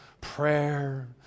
prayer